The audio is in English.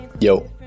Yo